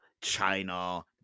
China